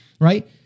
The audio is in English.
right